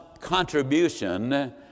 contribution